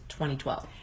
2012